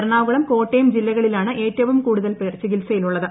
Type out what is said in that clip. എറണാകുളം കോട്ടയം ജില്ലകളിലാണ് ഏറ്റവും കൂടുതൽ പേർ ചികിത്സയിലുള്ളത്